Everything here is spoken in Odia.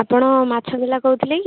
ଆପଣ ମାଛ ବାଲା କହୁଥିଲେ କି